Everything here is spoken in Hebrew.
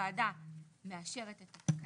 הוועדה מאשרת את התקנות,